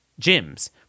gyms